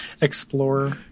Explore